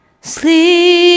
Sleep